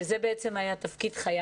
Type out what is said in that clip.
שזה היה תפקיד חיי